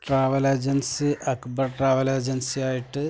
travel agency Akbar travel ഏജൻസിയായിട്ട്